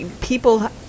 people